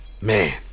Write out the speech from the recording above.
man